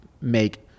make